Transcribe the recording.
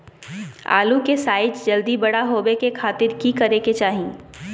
आलू के साइज जल्दी बड़ा होबे के खातिर की करे के चाही?